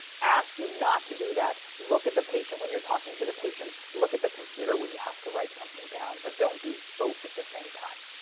ask you not to do that. look at the patient when you're talking to the patient, look at the computer when you have to write something down. but don't do both at the same time.